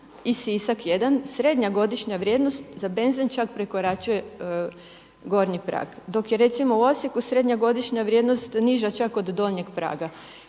i Sisak jedan srednja godišnja vrijednost za benzen čak prekoračuje gornji prag. Dok je recimo u Osijeku srednja godišnja vrijednost niža čak od donjeg praga.